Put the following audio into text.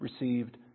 received